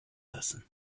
lassen